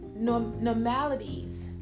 normalities